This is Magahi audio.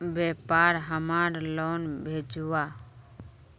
व्यापार हमार लोन भेजुआ?